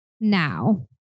Now